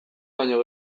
baino